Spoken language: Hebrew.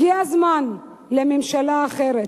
הגיע הזמן לממשלה אחרת.